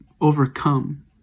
overcome